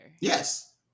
Yes